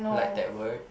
like that word